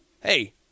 hey